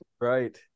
Right